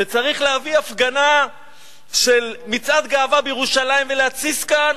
כשצריך להביא הפגנה של מצעד גאווה בירושלים ולהתסיס כאן,